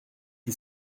qui